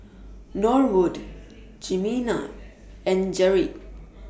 Norwood Jimena and Jerri